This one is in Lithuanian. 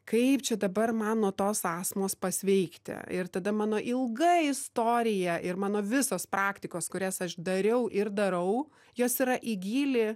kaip čia dabar man nuo tos astmos pasveikti ir tada mano ilga istorija ir mano visos praktikos kurias aš dariau ir darau jos yra į gylį